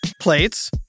Plates